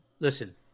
Listen